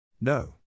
No